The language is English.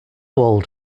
old